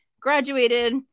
graduated